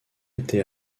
était